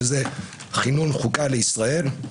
שזה כינון חוקה לישראל.